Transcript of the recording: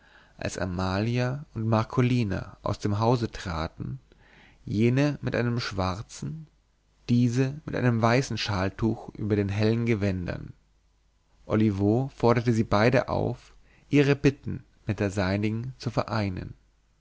als amalia und marcolina aus dem hause traten jene mit einem schwarzen diese mit einem weißen schaltuch über den hellen gewändern olivo forderte sie beide auf ihre bitten mit der seinigen zu vereinen